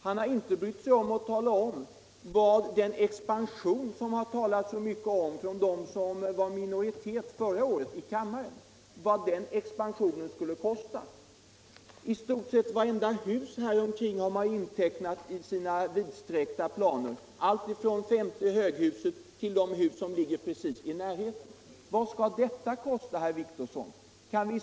Han har inte brytt sig om att nämna vad den expansion skulle kosta som det talats så mycket om av dem som var i minoritet i kammaren förra året. I stort sett vartenda hus häromkring har de räknat in i sina expansionsplaner. alltifrån femte höghuset till de hus som ligger alldeles över gatan. Vad skulle detta kosta, herr Wictorsson?